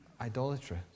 idolatry